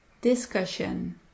Discussion